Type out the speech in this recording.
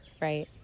right